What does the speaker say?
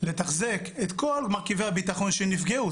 לתחזק את כל מרכיבי הביטחון שנפגעו.